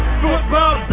football